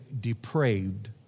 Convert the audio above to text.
depraved